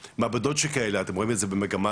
מעבדות הידרו כאלו - אנחנו רואים יותר שני מעגלים.